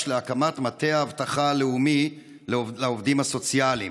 להקמת מטה אבטחה לאומי לעובדים הסוציאליים.